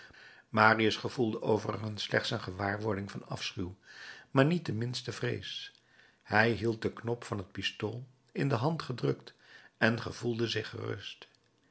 marius gevoelde overigens slechts een gewaarwording van afschuw maar niet de minste vrees hij hield den knop van het pistool in de hand gedrukt en gevoelde zich gerust